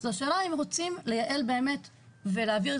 זו השאלה אם רוצים לייעל ולהעביר את